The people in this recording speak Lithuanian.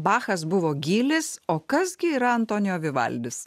bachas buvo gylis o kas gi yra antonijo vivaldis